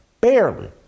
Barely